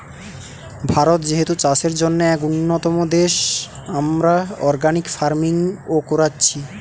ভারত যেহেতু চাষের জন্যে এক উন্নতম দেশ, আমরা অর্গানিক ফার্মিং ও কোরছি